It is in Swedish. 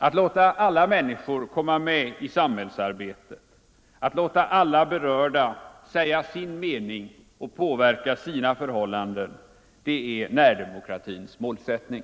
Att låta alla människor komma med i samhällsarbetet, att låta alla berörda säga sin mening och påverka sina förhållanden — det är närdemokratins målsättning.